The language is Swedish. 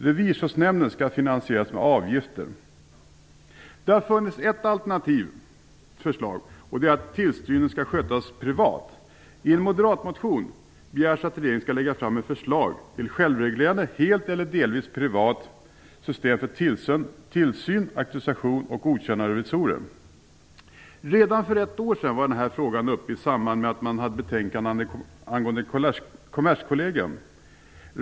Revisorsnämnden skall finansieras med avgifter. Det har funnits ett alternativt förslag, nämligen att tillsynen skall skötas privat. I en moderat motion begärs att regeringen skall lägga fram ett förslag till självreglerat, helt eller delvis privat, system för tillsyn, auktorisation och godkännande av revisorer. För ett år sedan togs denna fråga upp i samband med betänkandet om Kommerskollegium.